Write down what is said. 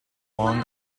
long